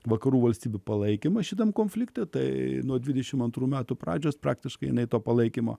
vakarų valstybių palaikymą šitam konfliktą tai nuo dvidešim antrų metų pradžios praktiškai jinai to palaikymo